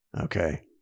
Okay